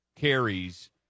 carries